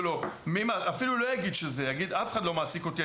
לו ואפילו הוא יגיד "אף אחד לא מעסיק אותי.